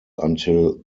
until